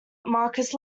marcus